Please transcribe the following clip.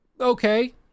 Okay